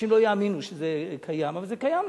אנשים לא יאמינו שזה קיים, אבל זה קיים.